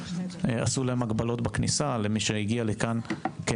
עשו להם הגבלות בכניסה למי שהגיע כנמלט.